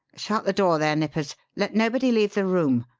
shut the door there, nippers. let nobody leave the room.